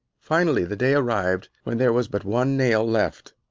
finally the day arrived when there was but one nail left.